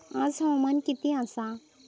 आज हवामान किती आसा?